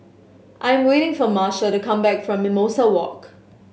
I am waiting for Marcia to come back from Mimosa Walk